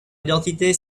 identité